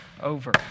over